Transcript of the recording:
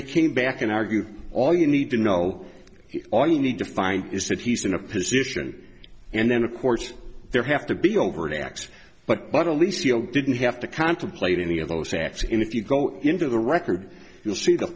they came back and argue all you need to know all you need to find is that he's in a position and then of course there have to be overt acts but but at least you didn't have to contemplate any of those acts in if you go into the record you'll see the